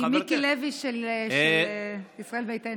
היא מיקי לוי של ישראל ביתנו.